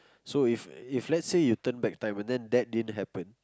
so if if lets say you turn back time and then that didn't happen